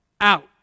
out